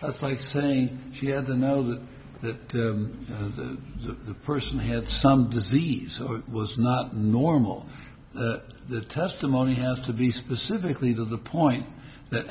that's like saying she had to know that the person had some disease so it was not normal the testimony has to be specifically to the point that